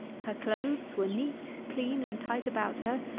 her clothes were neat, clean, and tight about her.